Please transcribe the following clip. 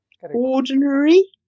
ordinary